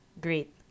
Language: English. great